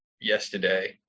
yesterday